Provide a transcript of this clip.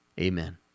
amen